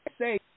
say